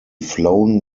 flown